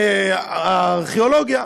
הארכיאולוגיה.